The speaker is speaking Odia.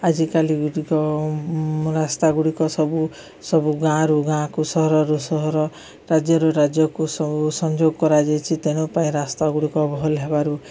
ଆଜିକାଲି ଗୁଡ଼ିକ ରାସ୍ତା ଗୁଡ଼ିକ ସବୁ ସବୁ ଗାଁରୁ ଗାଁକୁ ସହରରୁ ସହର ରାଜ୍ୟରୁ ରାଜ୍ୟକୁ ସବୁ ସଂଯୋଗ କରାଯାଇଛି ତେଣୁ ପାଇଁ ରାସ୍ତା ଗୁଡ଼ିକ ଭଲ୍ ହେବାରୁ